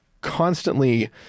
constantly